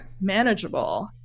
manageable